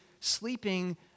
sleeping